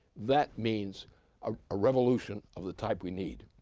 that means a revolution of the type we need.